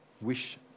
wish